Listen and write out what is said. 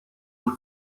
too